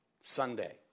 Sunday